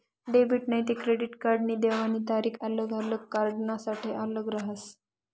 debit नैते credit कार्डनी देवानी तारीख आल्लग आल्लग कार्डसनासाठे आल्लग रहास